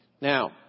Now